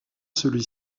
celui